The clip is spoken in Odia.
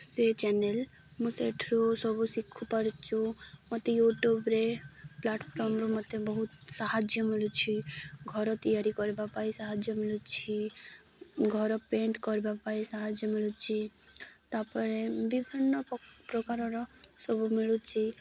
ସେ ଚ୍ୟାନେଲ୍ ମୁଁ ସେଇଠୁରୁ ସବୁ ଶିଖୁ ପାରୁଛୁ ମୋତେ ୟୁଟ୍ୟୁବରେ ପ୍ଲାଟଫର୍ମରୁ ମୋତେ ବହୁତ ସାହାଯ୍ୟ ମିଳୁଛି ଘର ତିଆରି କରିବା ପାଇଁ ସାହାଯ୍ୟ ମିଳୁଛି ଘର ପେଣ୍ଟ୍ କରିବା ପାଇଁ ସାହାଯ୍ୟ ମିଳୁଛି ତା'ପରେ ବିଭିନ୍ନ ପ୍ରକାରର ସବୁ ମିଳୁଛି